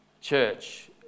church